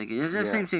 ya